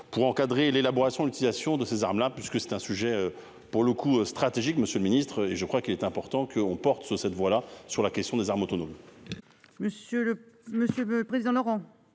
Pour encadrer l'élaboration l'utilisation de ces armes-là parce que c'est un sujet pour le coup stratégique. Monsieur le Ministre et je crois qu'il est important qu'on porte sur cette voie là sur la question des armes autonomes.